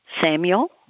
Samuel